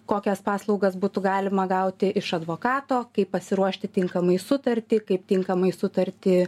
kokias paslaugas būtų galima gauti iš advokato kaip pasiruošti tinkamai sutartį kaip tinkamai sutartį